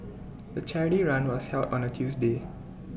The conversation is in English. the charity run was held on A Tuesday